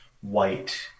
white